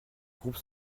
groupe